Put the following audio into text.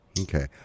Okay